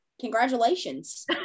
congratulations